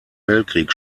weltkrieg